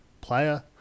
player